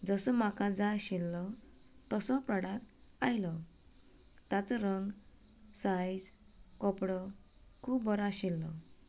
जसो म्हाका जाय आशिल्लो तसो प्रॉडक्ट आयलो ताचो रंग सायज कपडो खूब बरो आशिल्लो